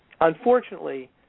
Unfortunately